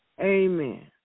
Amen